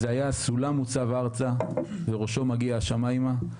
זה היה סולם מוצב ארצה וראשו מגיע השמימה.